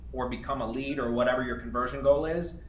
or become a lead or whatever your conversion goal is,